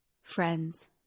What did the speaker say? Friends